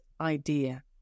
idea